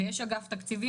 ויש אגף תקציבים,